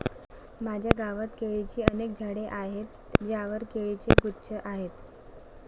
माझ्या गावात केळीची अनेक झाडे आहेत ज्यांवर केळीचे गुच्छ आहेत